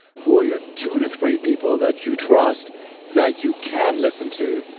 who are your two to three people that you trust that you can listen to,